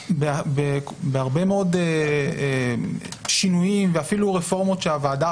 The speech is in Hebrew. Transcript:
בהרבה מאוד שינויים ואפילו רפורמות שהוועדה